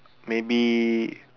maybe